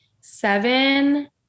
seven